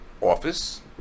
office